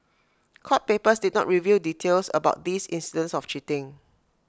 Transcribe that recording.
court papers did not reveal details about these incidents of cheating